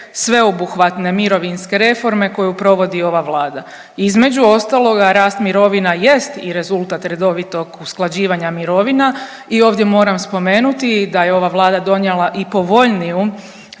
sveobuhvatne mirovinske reforme koju provodi ova Vlada. Između ostaloga, rast mirovina jest i rezultat redovitog usklađivanja mirovina i ovdje moram spomenuti da je ova Vlada donijela i povoljniju